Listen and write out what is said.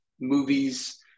movies